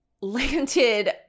landed